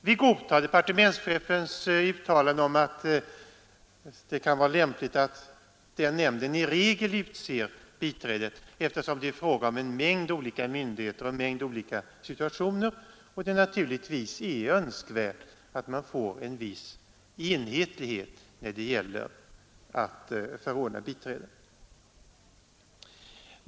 Vi godtar departementschefens uttalande om att det kan vara lämpligt att den nämnden i regel utser biträdet, eftersom det är fråga om en mängd olika myndigheter och en mängd olika situationer och det naturligtvis är önskvärt att man får en viss enhetlighet när det gäller att förordna biträde.